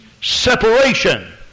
separation